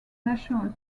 national